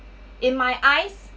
in my eyes